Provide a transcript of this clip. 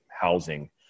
housing